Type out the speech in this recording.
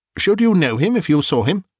should you know him if you saw him?